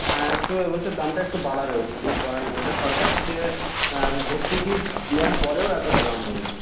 হ্যাঁ একটু এবছর দামটা একটু বাড়া রয়েছে কিছু করার নেই ওটা সরকার থেকে ভর্তুকি দেওয়ার পরেও এতোটা দাম বেড়েছে